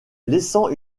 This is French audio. laissant